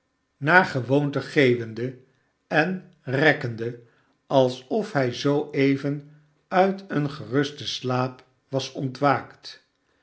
naar gewoonte geeuwende en rekkende alsof hij zoo even uit een gerusten slaap was ontwaakt